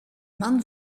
man